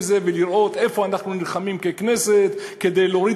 כדי לראות איפה אנחנו נלחמים ככנסת כדי להוריד